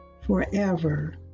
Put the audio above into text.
forever